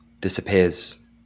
disappears